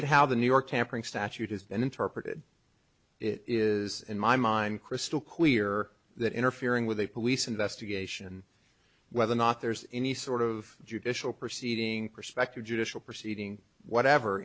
get how the new york tampering statute has been interpreted it is in my mind crystal clear that interfering with a police investigation whether or not there's any sort of judicial proceeding perspective judicial proceeding whatever